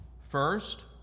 First